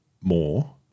more